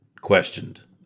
questioned